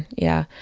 yeah.